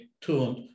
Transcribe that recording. tuned